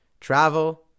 travel